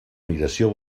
migració